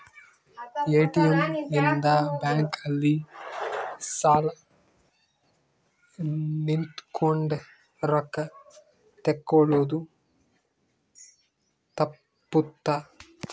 ATM ಇಂದ bank ಅಲ್ಲಿ ಸಾಲ್ ನಿಂತ್ಕೊಂಡ್ ರೊಕ್ಕ ತೆಕ್ಕೊಳೊದು ತಪ್ಪುತ್ತ